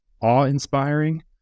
awe-inspiring